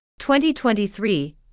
2023